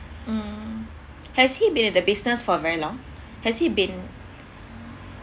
mm has he been in the business for very long has he been